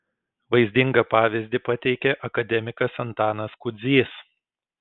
vaizdingą pavyzdį pateikė akademikas antanas kudzys